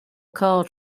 car